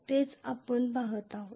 तेच आपण पहात आहोत